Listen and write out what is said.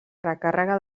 recàrrega